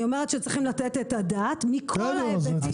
אני אומרת שצריכים לתת את הדעת, מכל ההיבטים.